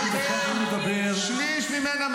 מה הם אמורים לחשוב שקואליציה ששליש ממנה,